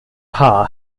paar